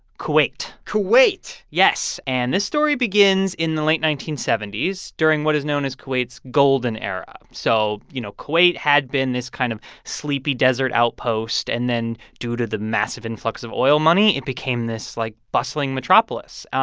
kuwait kuwait yes. and this story begins in the late nineteen seventy s, during what is known as kuwait's golden era. so, you know, kuwait had been this kind of sleepy desert outpost, and then due to the massive influx of oil money, it became this, like, bustling metropolis.